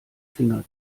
finger